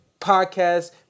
podcast